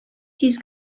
тиз